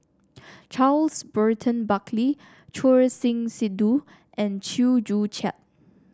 Charles Burton Buckley Choor Singh Sidhu and Chew Joo Chiat